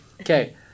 Okay